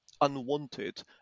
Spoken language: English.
unwanted